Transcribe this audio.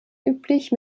üblich